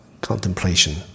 Contemplation